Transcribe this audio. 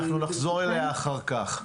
אנחנו נחזור אליה אחר כך.